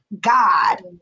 God